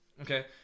Okay